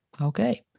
Okay